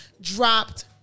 dropped